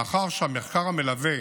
מאחר שהמחקר המלווה